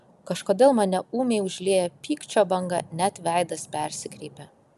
kažkodėl mane ūmiai užlieja pykčio banga net veidas persikreipia